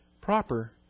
proper